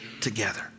together